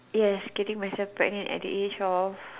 yes getting myself pregnant at the age of